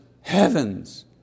Heavens